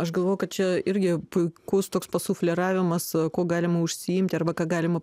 aš galvoju kad čia irgi puikus toks pasufleravimas a kuo galima užsiimti arba ką galima